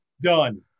Done